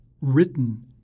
written